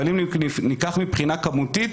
אבל אם ניקח מבחינה כמותית,